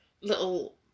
little